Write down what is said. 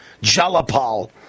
Jalapal